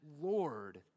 Lord